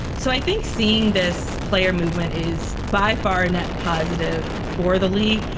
so i think seeing this player movement is by far a net positive for the league,